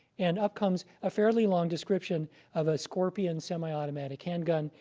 and up comes a fairly long description of a skorpion semi-automatic handgun.